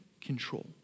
control